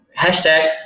hashtags